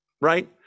right